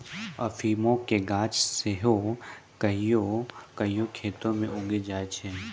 अफीमो के गाछ सेहो कहियो कहियो खेतो मे उगी जाय छै